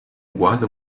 guarda